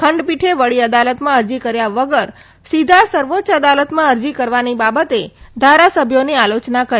ખંડપીઠે વડી અદાલતમાં અરજી કર્યા વગર સીધા સર્વોચ્ચ અદાલતમાં અરજી કરવાની બાબતે ધારાસભ્યોની આલોચના કરી